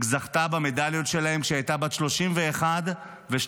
היא זכתה במדליות כשהייתה בת 31 ו-35.